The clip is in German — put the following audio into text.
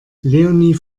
leonie